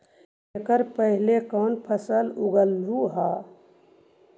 एकड़ पहले कौन फसल उगएलू हा?